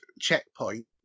checkpoint